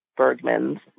Bergmans